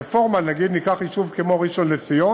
הרפורמה, נגיד, ניקח יישוב כמו ראשון-לציון,